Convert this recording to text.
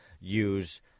use